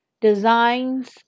designs